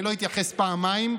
אני לא אתייחס פעמיים.